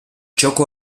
txoko